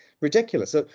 ridiculous